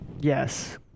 Yes